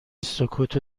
سکوتو